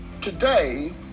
today